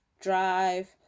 Drive